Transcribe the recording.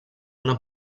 una